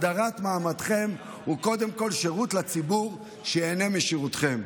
הסדרת מעמדכם הוא קודם כול שירות לציבור שייהנה משירותכם.